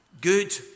good